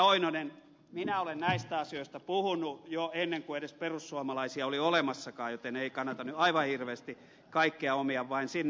oinonen minä olen näistä asioista puhunut jo ennen kuin edes perussuomalaisia oli olemassakaan joten ei kannata nyt aivan hirveästi kaikkea omia vain sinne